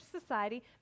society